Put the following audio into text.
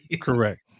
Correct